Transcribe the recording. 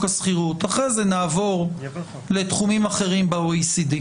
השכירות ואחרי זה נעבור לתחומים אחרים ב-OECD.